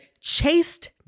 chased